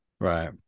Right